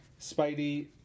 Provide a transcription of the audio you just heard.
Spidey